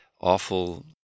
awful